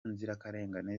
nzirakarengane